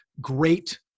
great